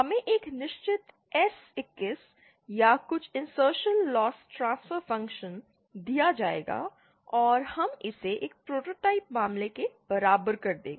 हमें एक निश्चित S21 या कुछ इंसर्शनल लॉस ट्रांसफर फ़ंक्शन दिया जाएगा और हम इसे एक प्रोटोटाइप मामले में बराबर कर देंगे